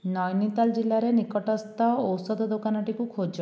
ନୈନିତାଲ ଜିଲ୍ଲାରେ ନିକଟସ୍ଥ ଔଷଧ ଦୋକାନଟିକୁ ଖୋଜ